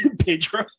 Pedro